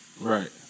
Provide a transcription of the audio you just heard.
right